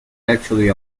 actually